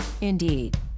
indeed